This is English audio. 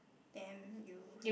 damn you